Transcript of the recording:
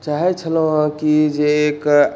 चाहै छलहुँ हँ कि जे एक